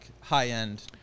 high-end